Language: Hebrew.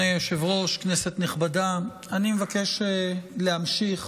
כנסת נכבדה, אני מבקש להמשיך